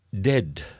dead